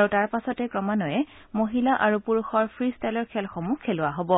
আৰু তাৰ পাছতে ক্ৰমান্বয়ে মহিলা আৰু পুৰুষৰ ফ্ৰী ষ্টাইলৰ খেলসমূহ খেলোৱা হ'ব